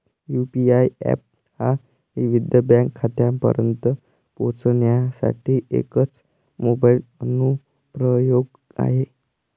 UPI app हा विविध bank खात्यांपर्यंत पोहोचण्यासाठी एकच मोबाइल अनुप्रयोग आहे